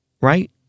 right